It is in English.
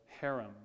harem